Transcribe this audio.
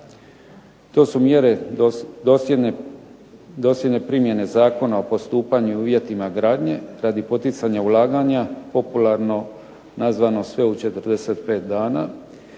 To su mjere dosljedne primjene Zakona o postupanjima i uvjetima izgradnje radi poticanja ulaganja popularno nazvano sve u 45 dana